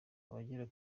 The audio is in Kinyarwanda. abagera